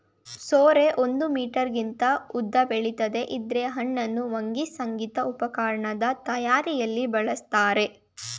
ಸೋರೆ ಒಂದು ಮೀಟರ್ಗಿಂತ ಉದ್ದ ಬೆಳಿತದೆ ಇದ್ರ ಹಣ್ಣನ್ನು ಒಣಗ್ಸಿ ಸಂಗೀತ ಉಪಕರಣದ್ ತಯಾರಿಯಲ್ಲಿ ಬಳಸ್ತಾರೆ